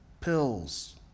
pills